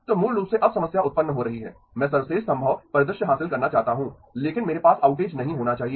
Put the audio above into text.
तो मूल रूप से अब समस्या उत्पन्न हो रही है मैं सर्वश्रेष्ठ संभव परिदृश्य हासिल करना चाहता हूं लेकिन मेरे पास आउटेज नहीं होना चाहिए